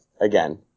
again